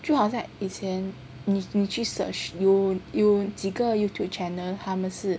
就好像以前你去 search 有有几个 Youtube channel 他们是